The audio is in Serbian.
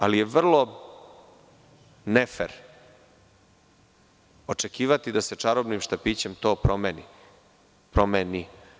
Ali, je vrlo ne fer očekivati da se čarobnim štapićem to promeni.